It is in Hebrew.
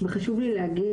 חשוב לי להגיד,